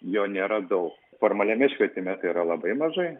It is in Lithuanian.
jo neradau formaliame švietime tai yra labai mažai